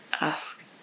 ask